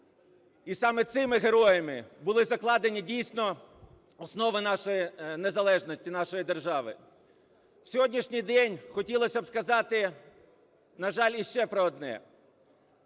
і саме цими героями були закладені дійсно основи нашої незалежності, нашої держави. В сьогоднішній день хотілося б сказати, на жаль, іще про одне.